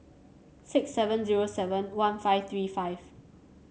six seven zero seven one five three five